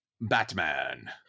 Batman